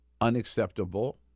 unacceptable